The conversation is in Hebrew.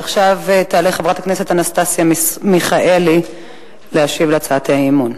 עכשיו תעלה חברת הכנסת אנסטסיה מיכאלי להשיב על הצעת האי-אמון.